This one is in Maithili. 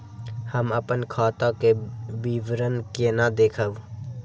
हम अपन खाता के विवरण केना देखब?